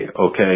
okay